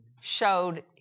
showed